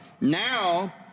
Now